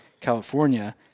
California